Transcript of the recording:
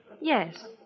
Yes